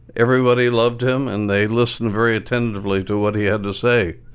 everybody loved him, and they listened very attentively to what he had to say.